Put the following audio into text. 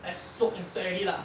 like soak in sweat already lah